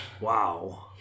Wow